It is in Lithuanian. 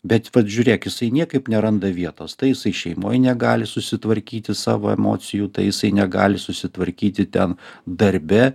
bet pats žiūrėk jisai niekaip neranda vietos tai jisai šeimoj negali susitvarkyti savo emocijų tai jisai negali susitvarkyti ten darbe